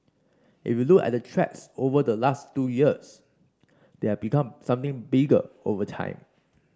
if you look at the threats over the last two years they have become something bigger over time